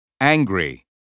angry